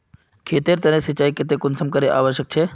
खेतेर तने सिंचाई कुंसम करे आवश्यक छै?